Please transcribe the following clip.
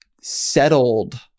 settled